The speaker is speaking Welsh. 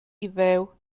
iddew